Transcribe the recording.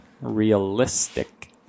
realistic